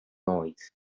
noise